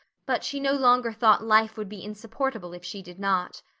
but she no longer thought life would be insupportable if she did not.